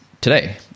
today